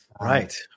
right